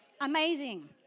amazing